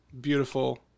beautiful